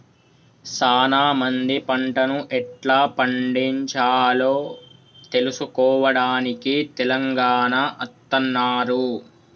సానా మంది పంటను ఎట్లా పండిచాలో తెలుసుకోవడానికి తెలంగాణ అత్తన్నారు